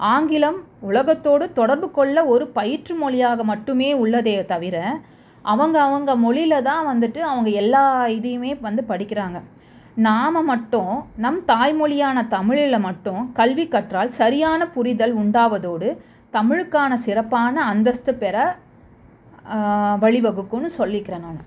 ஆங்கிலம் உலகத்தோடு தொடர்பு கொள்ள ஒரு பயிற்று மொழியாக மட்டுமே உள்ளதே தவிர அவங்க அவங்க மொழில தான் வந்துட்டு அவங்க எல்லா இதையுமே வந்து படிக்கிறாங்க நாம் மட்டும் நம் தாய்மொழியான தமிழில் மட்டும் கல்வி கற்றால் சரியான புரிதல் உண்டாவதோடு தமிழுக்கான சிறப்பான அந்தஸ்த்து பெற வழி வகுக்கும்னு சொல்லிக்கிறேன் நான்